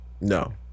No